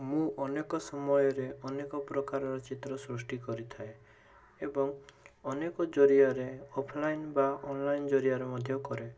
ମୁଁ ଅନେକ ସମୟରେ ଅନେକ ପ୍ରକାରର ଚିତ୍ର ସୃଷ୍ଟି କରିଥାଏ ଏବଂ ଅନେକ ଜରିଆରେ ଅଫ୍ଲାଇନ୍ ବା ଅନ୍ଲାଇନ୍ ଜରିଆରେ ମଧ୍ୟ କରେ